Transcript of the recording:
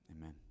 amen